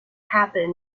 happen